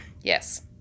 yes